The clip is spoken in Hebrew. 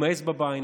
עם האצבע בעין,